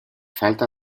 falta